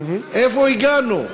לאן הגענו?